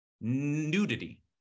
nudity